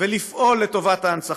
ולפעול לטובת ההנצחה,